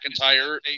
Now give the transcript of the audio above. McIntyre